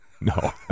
No